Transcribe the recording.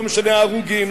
לא משנה ההרוגים,